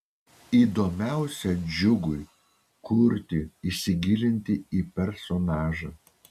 įdomiausia džiugui kurti įsigilinti į personažą